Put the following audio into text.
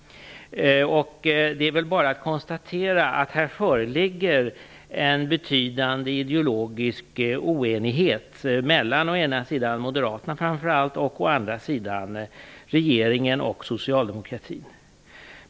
Det är bara att konstatera att det föreligger en betydande ideologisk oenighet mellan å ena sidan framför allt Moderaterna och å andra sidan regeringen och Socialdemokraterna.